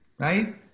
right